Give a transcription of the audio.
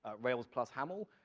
ah rails plus haml,